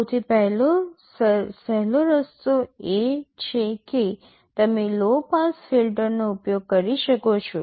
સૌથી સહેલો રસ્તો એ છે કે તમે લો પાસ ફિલ્ટર નો ઉપયોગ કરી શકો છો